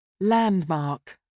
Landmark